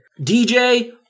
dj